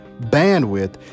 bandwidth